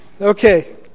okay